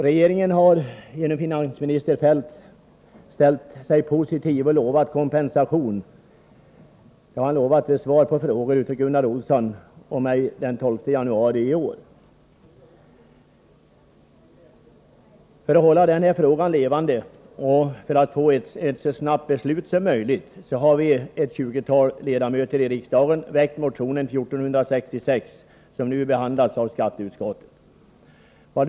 Regeringen har också, genom finansminister Feldt, ställt sig positiv, och i samband med svar på frågor av Gunnar Olsson och mig den 12 januari i år har finansministern lovat kompensation. För att hålla frågan levande och få ett så snabbt beslut som möjligt har ett 20-tal ledamöter i riksdagen väckt motionen 1466 som nu behandlats av skatteutskottet.